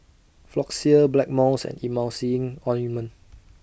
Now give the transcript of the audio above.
Floxia Blackmores and Emulsying Ointment